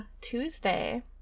Tuesday